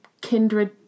kindred